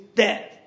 death